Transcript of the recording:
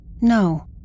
No